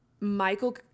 Michael